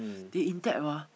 they in debt ah